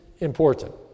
important